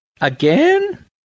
Again